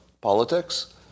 politics